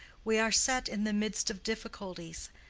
we are set in the midst of difficulties.